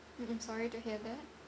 I'm sorry to hear that